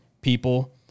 people